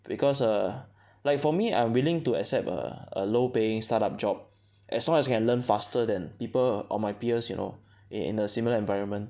because err like for me I'm willing to accept a a low paying start up job as long as you can learn faster than people or my peers you know in a similar environment